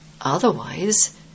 Otherwise